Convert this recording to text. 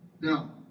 Now